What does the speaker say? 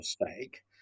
mistake